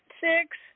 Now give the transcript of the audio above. Six